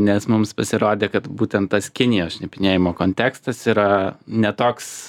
nes mums pasirodė kad būtent tas kinijos šnipinėjimo kontekstas yra ne toks